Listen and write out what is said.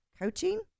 coaching